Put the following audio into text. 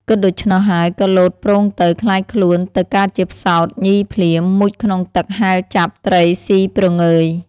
គិតដូច្នោះហើយក៏លោតប្រូងទៅ ក្លាយខ្លួនទៅកើតជាផ្សោតញីភ្លាម មុជក្នុងទឹកហែលចាប់ ត្រីស៊ីព្រងើយ។